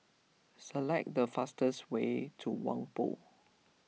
select the fastest way to Whampoa